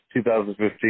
2015